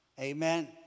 Amen